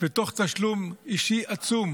ותוך תשלום אישי עצום,